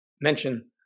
mention